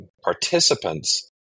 participants